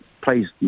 please